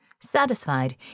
Satisfied